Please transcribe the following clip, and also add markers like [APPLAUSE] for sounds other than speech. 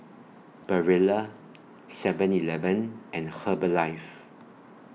Barilla [NOISE] Seven Eleven and Herbalife